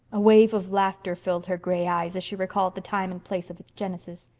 a wave of laughter filled her gray eyes as she recalled the time and place of its genesis.